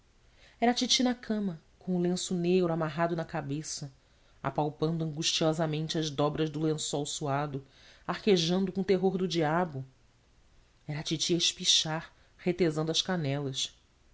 a titi na cama com o lenço negro amarrado na cabeça apalpando angustiosamente as dobras do lençol suado arquejando com terror do diabo era a titi a espichar retesando as canelas